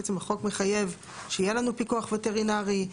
בעצם החוק מחייב שיהיה לנו פיקוח וטרינרי.